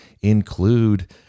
include